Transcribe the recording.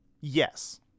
Yes